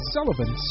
Sullivan